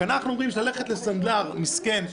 כי אנחנו אומרים שללכת לסנדלר מסכן,